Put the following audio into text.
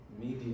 media